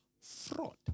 fraud